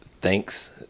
Thanks